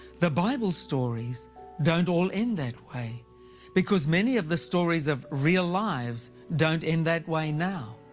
the bible's stories don't all end that way because many of the stories of real lives don't end that way now,